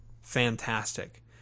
fantastic